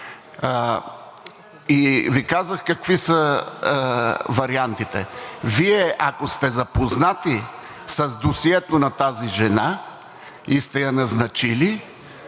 Казах Ви какви са вариантите. Вие, ако сте запознат с досието на тази жена и сте я назначили,